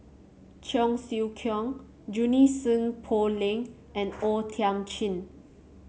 Cheong Siew Keong Junie Sng Poh Leng and O Thiam Chin